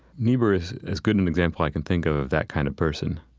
niebuhr is as good an example i can think of of that kind of person.